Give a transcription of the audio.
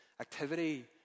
activity